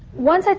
once i.